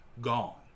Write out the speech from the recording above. Gone